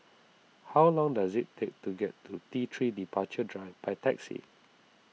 how long does it take to get to T three Departure Drive by taxi